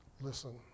listen